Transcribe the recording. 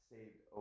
Saved